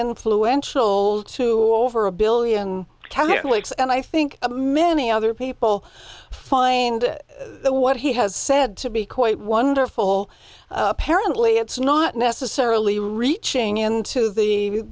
influential to over a billion catholics and i think a many other people find that what he has said to be quite wonderful apparently it's not necessarily reaching into the